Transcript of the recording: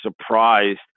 surprised